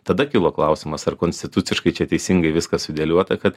tada kilo klausimas ar konstituciškai čia teisingai viskas sudėliota kad